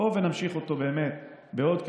בואו ונמשיך אותו באמת בעוד כחודש.